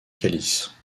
calice